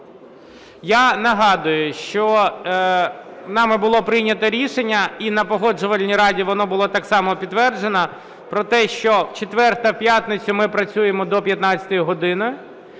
Я нагадую, що нами було прийнято рішення і на Погоджувальній раді воно було так само підтверджено про те, що в четвер та в п'ятницю ми працюємо до 15 години